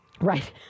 Right